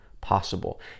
possible